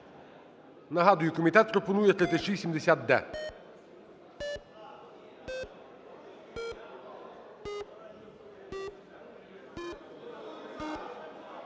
Нагадаю, комітет пропонує 3670-д.